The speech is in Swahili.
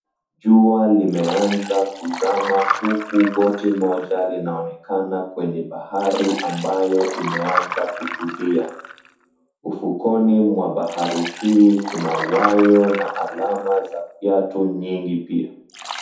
Jua limeanza kuzama huku boti moja linaonekana kwenye bahari ambayo imeanza kutulia. Ufukoni mwa bahari hii kuna wayo na alama za viatu nyingi pia.